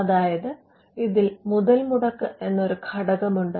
അതായത് ഇതിൽ മുതൽമുടക്ക് എന്ന ഒരു ഘടകമുണ്ട്